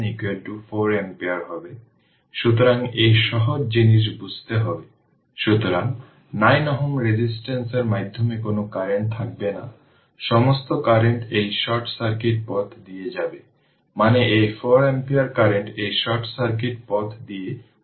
সুতরাং এই সহজ জিনিস বুঝতে হবে সুতরাং 9 Ω রেজিস্ট্যান্সের মাধ্যমে কোন কারেন্ট থাকবে না সমস্ত কারেন্ট এই শর্ট সার্কিট পাথ দিয়ে যাবে মানে এই 4 অ্যাম্পিয়ার কারেন্ট এই শর্ট সার্কিট পাথ দিয়ে প্রবাহিত হবে